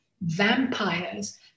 vampires